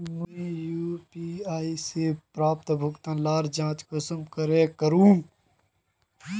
मुई यु.पी.आई से प्राप्त भुगतान लार जाँच कुंसम करे करूम?